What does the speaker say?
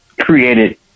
created